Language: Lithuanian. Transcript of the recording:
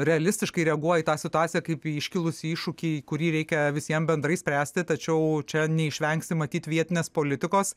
realistiškai reaguoja į tą situaciją kaip į iškilusį iššūkį kurį reikia visiem bendrai spręsti tačiau čia neišvengsi matyt vietinės politikos